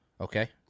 Okay